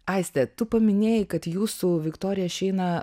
aiste tu paminėjai kad jūs su viktorija šeina